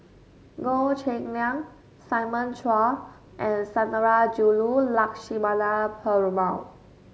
Goh Cheng Liang Simon Chua and Sundarajulu Lakshmana Perumal